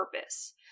purpose